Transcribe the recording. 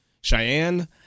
Cheyenne